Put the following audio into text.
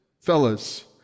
fellas